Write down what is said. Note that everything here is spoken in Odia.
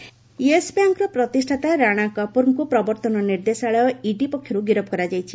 ଇଡି ରାଣା କପ୍ଟର୍ ୟେସ୍ ବ୍ୟାଙ୍କର ପ୍ରତିଷ୍ଠାତା ରାଣା କପୁରଙ୍କୁ ପ୍ରବର୍ତ୍ତନ ନିର୍ଦ୍ଦେଶାଳୟ ଇଡି ପକ୍ଷରୁ ଗିରଫ କରାଯାଇଛି